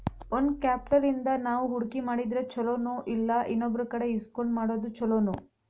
Own capital ಇಂದಾ ನಾವು ಹೂಡ್ಕಿ ಮಾಡಿದ್ರ ಛಲೊನೊಇಲ್ಲಾ ಇನ್ನೊಬ್ರಕಡೆ ಇಸ್ಕೊಂಡ್ ಮಾಡೊದ್ ಛೊಲೊನೊ?